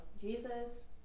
Jesus